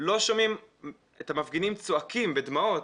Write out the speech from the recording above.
לא שומעים את המפגינים צועקים בדמעות,